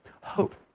Hope